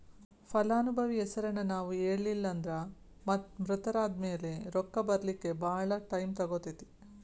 ಫಲಾನುಭವಿ ಹೆಸರನ್ನ ನಾವು ಹೇಳಿಲ್ಲನ್ದ್ರ ಮೃತರಾದ್ಮ್ಯಾಲೆ ರೊಕ್ಕ ಬರ್ಲಿಕ್ಕೆ ಭಾಳ್ ಟೈಮ್ ತಗೊತೇತಿ